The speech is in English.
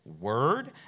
Word